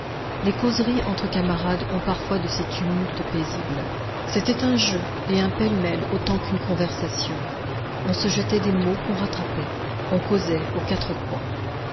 les causeries entre camarades ont parfois de ces tumultes paisibles c'était un jeu et un pêle-mêle autant qu'une conversation on se jetait des mots qu'on rattrapait on causait aux quatre coins